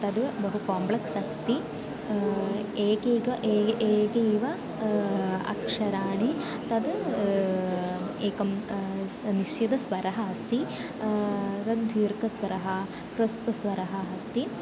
तद् बहु काम्प्लेक्स् अस्ति एकेव एकेव अक्षराणि तत् एकं निश्चितस्वरः अस्ति तत् दीर्घस्वरः ह्रस्वस्वरः अस्ति